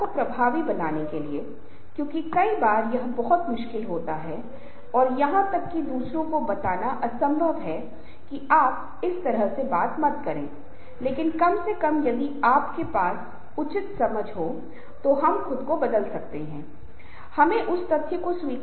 एक समूह में बोलते हुए यह भी एक कला है कि हमेशा यह दिखाना चाहिए कि समूह में हर कोई महत्वपूर्ण है वे सभी मायने रखते हैं और वे सभी कुछ योगदान दे रहे हैं ऐसा नहीं होना चाहिए कि कुछ लोगों को अधिक महत्व दिया जाता है कुछ लोग उपेक्षित होते हैं तो समूह शायद कार्य नहीं करेगा